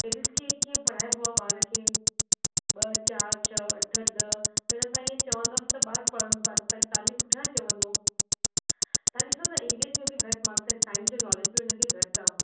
tables खे कीअं पढ़ाइबो आहे ॿार खे ॿ चार छह अठ ॾह ईअं तव्हां चवंदवसि त ॿार तव्हां जे पुठियां चवंदो तव्हां ॾिसो था इंग्लिश में बि घटि मार्क्स आहिनि साइंस जो नॉलेज बि उन खे घटि आहे